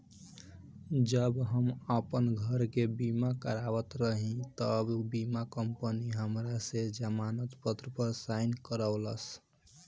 जब हम आपन घर के बीमा करावत रही तब बीमा कंपनी हमरा से जमानत पत्र पर साइन करइलस